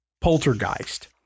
Poltergeist